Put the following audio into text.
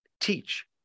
teach